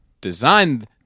designed